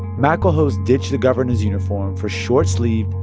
maclehose ditched the governor's uniform for short-sleeved,